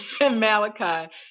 Malachi